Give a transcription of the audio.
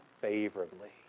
favorably